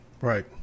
Right